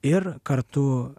ir kartu